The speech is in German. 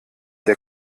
der